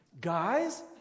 Guys